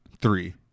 three